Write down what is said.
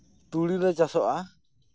ᱛᱩᱲᱤ ᱞᱮ ᱪᱟᱥᱚᱜᱼᱟ